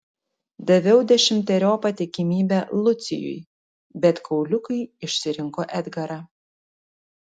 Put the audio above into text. daviau dešimteriopą tikimybę lucijui bet kauliukai išsirinko edgarą